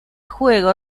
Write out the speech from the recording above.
juego